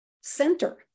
center